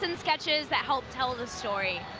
and sketches that help tell the story.